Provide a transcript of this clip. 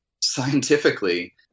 scientifically